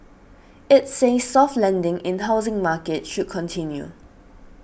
it says soft landing in housing market should continue